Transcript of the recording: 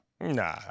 Nah